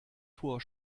vor